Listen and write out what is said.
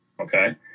Okay